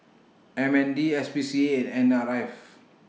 M N D S P C A and N R F